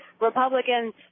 Republicans